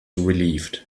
relieved